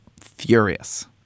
furious